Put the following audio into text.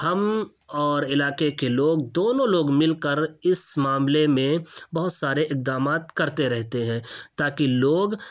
ہم اور علاقے کے لوگ دونوں لوگ مل کر اس معاملے میں بہت سارے اقدامات کرتے رہتے ہیں تاکہ لوگ